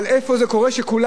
אבל איך זה קורה שכולנו,